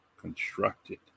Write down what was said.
constructed